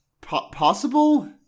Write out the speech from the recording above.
possible